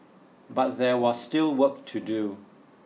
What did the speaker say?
but there was still work to do